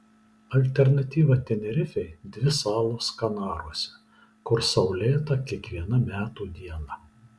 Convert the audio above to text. alternatyva tenerifei dvi salos kanaruose kur saulėta kiekviena metų diena